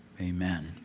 amen